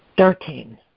Thirteen